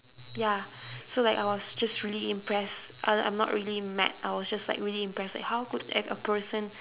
ya so like I was just really impressed uh I'm not really mad I was just like really impressed like how could like a person